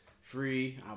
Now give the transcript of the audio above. Free